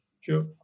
Sure